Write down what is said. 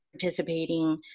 participating